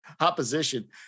opposition